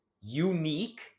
unique